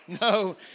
No